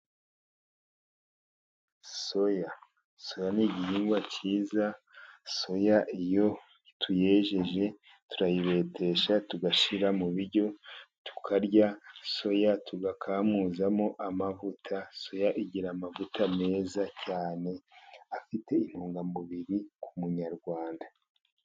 Soya, soya ni igihingwa cyiza, soya iyo tuyejeje turayibetesha tugashyira mu biryo tukarya. Soya tugakamuzamo amavuta. Soya igira amavuta meza cyane afite intungamubiri ku Munyarwanda.